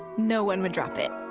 no-one would drop it.